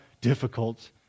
difficult